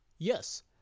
yes